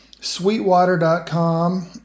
Sweetwater.com